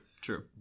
true